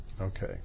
Okay